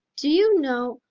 do you know,